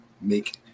make